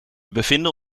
bevinden